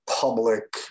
public